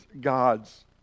god's